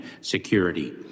security